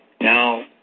Now